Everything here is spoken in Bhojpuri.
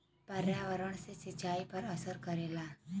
पर्यावरण से भी सिंचाई पर असर करला